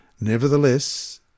Nevertheless